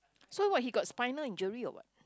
so what he got spinal injury or what